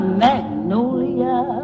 magnolia